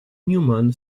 neumann